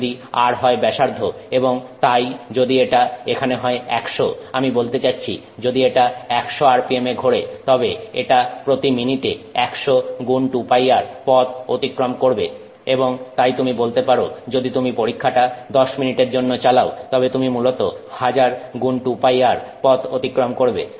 যদি r হয় ব্যাসার্ধ এবং তাই যদি এটা এখানে হয় 100 আমি বলতে চাচ্ছি যদি এটা 100 RPM এ ঘোরে তবে এটা প্রতি মিনিটে 100 গুণ 2πr পথ অতিক্রম করবে এবং তাই তুমি বলতে পারো যদি তুমি পরীক্ষাটি 10 মিনিটের জন্য চালাও তবে তুমি মূলত 1000 গুণ 2πr পথ অতিক্রম করবে